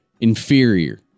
inferior